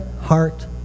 heart